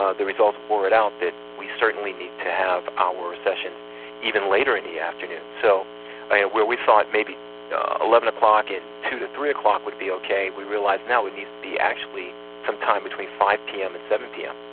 ah the results bore it out, that we certainly need to have our sessions sessions even later in the afternoon. so where we thought maybe eleven o'clock and two to three o'clock would be okay, we realise now it needs to be actually some time between five pm and seven pm,